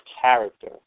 character